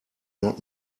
not